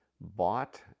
bought